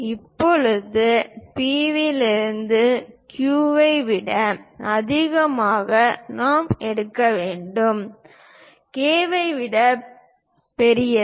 இப்போது P இலிருந்து Q ஐ விட அதிகமானதை நான் எடுக்க வேண்டும் K ஐ விட பெரியது